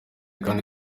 kandi